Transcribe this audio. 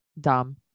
dumb